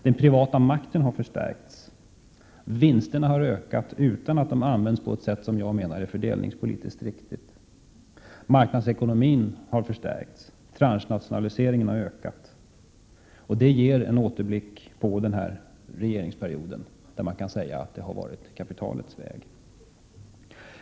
Den privata makten har förstärkts, vinsterna har ökat utan att användas på det sätt jag menar är fördelningspolitiskt riktigt. Marknadsekonomin har förstärkts, och transnationaliseringen har ökat. En återblick på denna regeringsperiod visar att man kan säga att det har varit kapitalets väg.